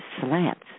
slats